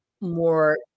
more